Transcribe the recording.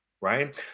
right